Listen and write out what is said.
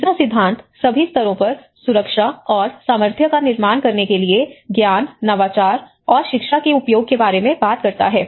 तीसरा सिद्धांत सभी स्तरों पर सुरक्षा और सामर्थ्य का निर्माण करने के लिए ज्ञान नवाचार और शिक्षा के उपयोग के बारे में बताता है